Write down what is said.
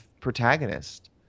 protagonist